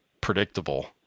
predictable